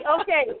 Okay